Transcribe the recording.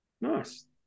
nice